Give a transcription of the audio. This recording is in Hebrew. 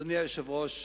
אדוני היושב-ראש,